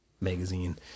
magazine